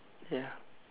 ya